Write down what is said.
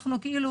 אנחנו כאילו